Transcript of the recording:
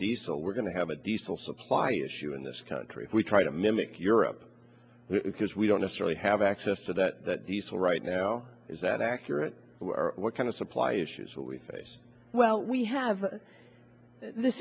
diesel we're going to have a diesel supply issue in this country we try to mimic europe because we don't necessarily have access to that that diesel right now is that accurate what kind of supply issues we face well we have the